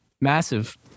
massive